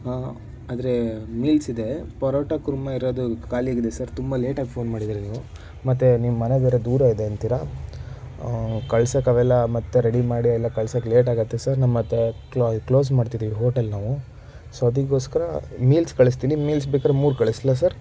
ಆದರೆ ಮೀಲ್ಸ್ ಇದೆ ಪರೋಟ ಕುರ್ಮಾ ಇರೋದು ಖಾಲಿಯಾಗಿದೆ ಸರ್ ತುಂಬ ಲೇಟಾಗಿ ಪೋನ್ ಮಾಡಿದ್ದೀರ ನೀವು ಮತ್ತು ನಿಮ್ಮ ಮನೆ ಬೇರೆ ದೂರ ಇದೆ ಅಂತೀರಾ ಕಳ್ಸಕ್ಕವೆಲ್ಲ ಮತ್ತೆ ರೆಡಿ ಮಾಡಿ ಎಲ್ಲ ಕಳ್ಸಕ್ಕೆ ಲೇಟ್ ಆಗತ್ತೆ ಸರ್ ನಾವು ಮತ್ತೆ ಕ್ಲ ಕ್ಲೋಸ್ ಮಾಡ್ತಿದ್ದೀವಿ ಹೋಟೆಲ್ ನಾವು ಸೊ ಅದಕ್ಕೋಸ್ಕರ ಮೀಲ್ಸ್ ಕಳಿಸ್ತೀನಿ ಮೀಲ್ಸ್ ಬೇಕಾದ್ರೆ ಮೂರು ಕಳಿಸಲಾ ಸರ್